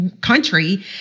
country